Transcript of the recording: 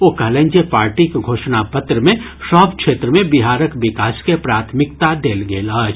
ओ कहलनि जे पार्टीक घोषणा पत्र मे सभ क्षेत्र मे बिहारक विकास के प्राथमिकता देल गेल अछि